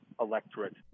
electorate